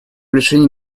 решение